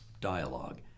dialogue